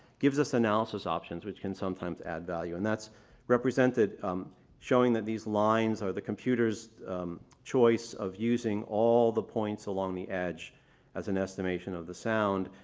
gives us analysis options which can sometimes add value and that's represented showing that these lines are the computers choice of using all the points along the edge as an estimation of the sound.